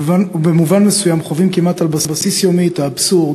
ובמובן מסוים חווים כמעט על בסיס יומי את האבסורד